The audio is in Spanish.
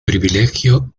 privilegio